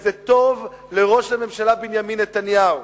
וזה טוב לראש הממשלה בנימין נתניהו.